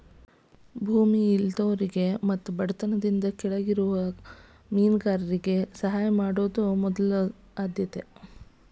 ಭೂಮಿ ಇಲ್ಲದ ಮತ್ತು ಬಡತನದಿಂದ ಕೆಳಗಿರುವ ಮೇನುಗಾರರಿಗೆ ಸಹಾಯ ಮಾಡುದ ಮೊದಲ ಆದ್ಯತೆ